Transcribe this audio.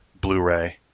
Blu-ray